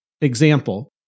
Example